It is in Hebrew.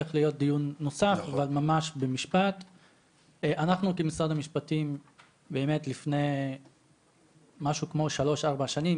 אדמות התושבים, שאנחנו ירשנו אותן מאבותינו.